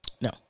No